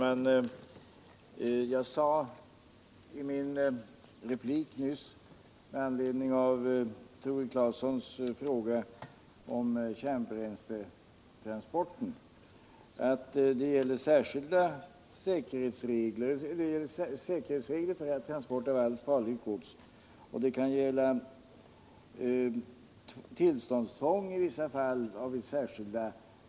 Inom Stockholms län står valet mellan att bygga ut tunnelbanan eller förbättra befintliga järnvägar med korsningar i plan. Ett exempel på befintlig bana är Roslagsbanan inom Stockholms läns landstings kollektivtrafikområde.